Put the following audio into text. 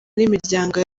n’imiryango